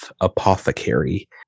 apothecary